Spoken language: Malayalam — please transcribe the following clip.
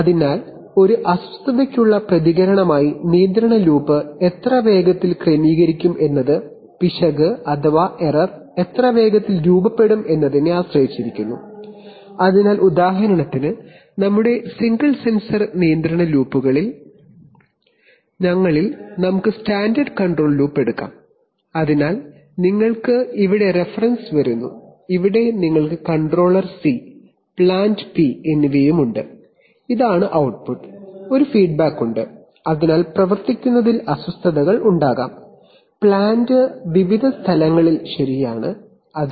അതിനാൽ ഒരു അസ്വസ്ഥതയ്ക്കുള്ള പ്രതികരണമായി നിയന്ത്രണ ലൂപ്പ് എത്ര വേഗത്തിൽ ക്രമീകരിക്കും എന്നത് പിശക് എത്ര വേഗത്തിൽ രൂപപ്പെടും എന്നതിനെ ആശ്രയിച്ചിരിക്കുന്നു അതിനാൽ ഉദാഹരണത്തിന് നമ്മുടെ സിംഗിൾ സെൻസർ നിയന്ത്രണ ലൂപ്പുകളിൽ നമുക്ക് സ്റ്റാൻഡേർഡ് കൺട്രോൾ ലൂപ്പ് എടുക്കാം അതിനാൽ നിങ്ങൾക്ക് ഇവിടെ റഫറൻസ് വരുന്നു ഇവിടെ നിങ്ങൾക്ക് കൺട്രോളർ C പ്ലാന്റ് P എന്നിവയുണ്ട് ഇതാണ് output ട്ട്പുട്ട് ഒരു ഫീഡ്ബാക്ക് ഉണ്ട് അതിനാൽ പ്ലാന്റ് പ്രവർത്തിക്കുന്നതിൽ വിവിധ സ്ഥലങ്ങളിൽ അസ്വസ്ഥതകൾ ഉണ്ടാകാം